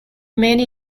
many